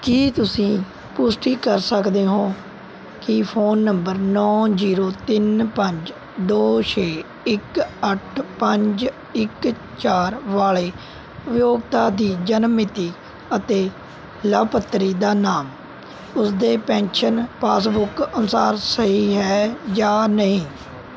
ਕੀ ਤੁਸੀਂ ਪੁਸ਼ਟੀ ਕਰ ਸਕਦੇ ਹੋ ਕਿ ਫੋਨ ਨੰਬਰ ਨੌ ਜੀਰੋ ਤਿੰਨ ਪੰਜ ਦੋ ਛੇ ਇੱਕ ਅੱਠ ਪੰਜ ਇੱਕ ਚਾਰ ਵਾਲ਼ੇ ਉਪਭੋਗਤਾ ਦੀ ਜਨਮ ਮਿਤੀ ਅਤੇ ਲਾਭਪਾਤਰੀ ਦਾ ਨਾਮ ਉਸਦੇ ਪੈਨਸ਼ਨ ਪਾਸਬੁੱਕ ਅਨੁਸਾਰ ਸਹੀ ਹੈ ਜਾਂ ਨਹੀਂ